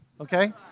okay